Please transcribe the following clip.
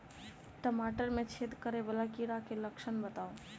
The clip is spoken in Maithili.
टमाटर मे छेद करै वला कीड़ा केँ लक्षण बताउ?